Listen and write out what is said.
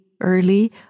early